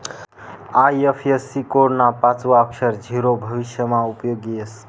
IFSC code ना पाचवं अक्षर झीरो भविष्यमा उपयोगी येस